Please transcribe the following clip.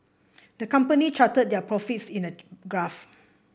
the company charted their profits in a graph